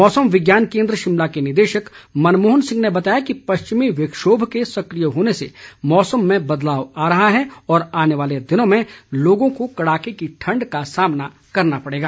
मौसम विज्ञान केन्द्र शिमला के निदेशक मनमोहन सिंह ने बताया कि पश्चिमी विक्षोभ के सक्रिय होने से मौसम में बदलाव आ रहा है और आने वाले दिनों में लोगों को कड़ाके की ठण्ड का सामना करना पड़ेगा